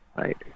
right